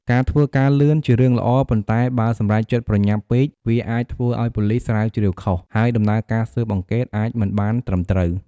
ការធ្វើការលឿន ជារឿងល្អ ប៉ុន្តែបើ សម្រេចចិត្តប្រញាប់ពេក វាអាចធ្វើឲ្យ ប៉ូលិសស្រាវជ្រាវខុស ហើយ ដំណើរការស៊ើបអង្កេត អាច មិនបានត្រឹមត្រូវ។